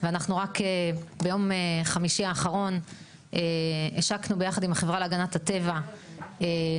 ואנחנו רק ביום חמישי האחרון השקנו ביחד עם החברה להגנת הטבע פוליגונים,